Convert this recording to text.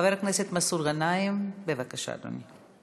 חבר הכנסת מסעוד גנאים, בבקשה, אדוני.